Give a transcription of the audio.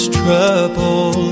trouble